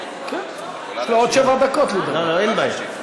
יש לו עוד שבע דקות, לדעתי.